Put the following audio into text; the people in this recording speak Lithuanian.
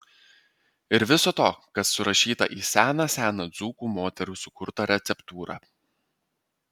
ir viso to kas surašyta į seną seną dzūkų moterų sukurtą receptūrą